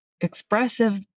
expressive